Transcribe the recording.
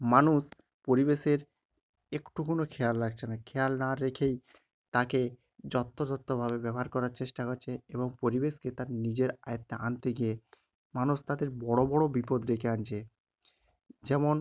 মানুষ পরিবেশের একটুকুনও খেয়াল রাখছে না খেয়াল না রেখেই তাকে যত্র তত্র ভাবে ব্যবহার করার চেষ্টা করছে এবং পরিবেশকে তার নিজের আয়ত্তে আনতে গিয়ে মানুষ তাদের বড়ো বড়ো বিপদ ডেকে আনছে যেমন